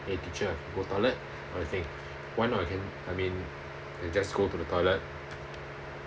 eh teacher go toilet all these thing why not I can I mean just go to the toilet